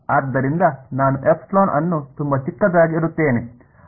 ಆದ್ದರಿಂದ ನಾನು ε ಅನ್ನು ತುಂಬಾ ಚಿಕ್ಕದಾಗಿ ಇಡುತ್ತೇನೆ